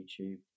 YouTube